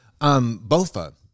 Bofa